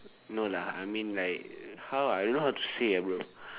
no lah I mean like how I don't know how to say ah bro